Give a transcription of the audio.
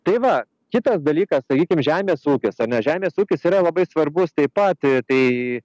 tai va kitas dalykas sakykim žemės ūkis ar ne žemės ūkis yra labai svarbus taip pat ir tai